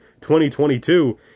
2022